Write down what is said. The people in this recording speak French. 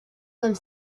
comme